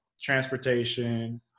transportation